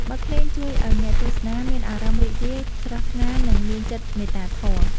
បទភ្លេងជួយឱ្យអ្នកទស្សនាមានអារម្មណ៍រីករាយ ស្រស់ថ្លា និងមានចិត្តមេត្តាធម៌។